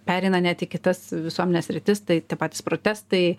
pereina net į kitas visuomenės sritis tai tie patys protestai